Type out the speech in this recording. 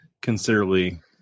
considerably